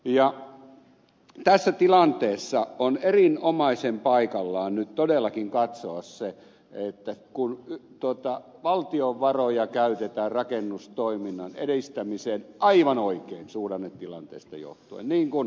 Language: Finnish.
ja tässä tilanteessa on erinomaisen paikallaan nyt todellakin katsoa tarkkaan kun valtion varoja käytetään rakennustoiminnan edistämiseen aivan oikein suhdannetilanteesta johtuen niin kuin ed